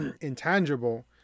intangible